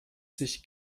sich